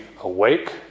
awake